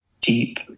deep